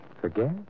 Forget